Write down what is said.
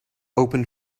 opened